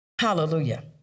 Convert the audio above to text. Hallelujah